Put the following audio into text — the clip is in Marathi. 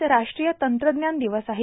आज राष्ट्रीय तंत्रज्ञान दिवस आहे